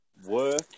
work